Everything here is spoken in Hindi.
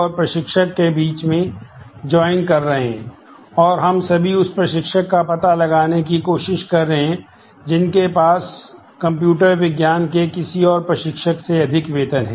और हम सभी उस प्रशिक्षक का पता लगाने की कोशिश कर रहे हैं जिनके पास कंप्यूटर विज्ञान के किसी और प्रशिक्षक से अधिक वेतन है